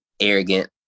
arrogant